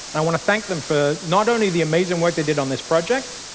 and i want to thank them for not only the amazing work they did on this project,